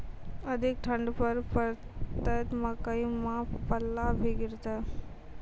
अधिक ठंड पर पड़तैत मकई मां पल्ला भी गिरते?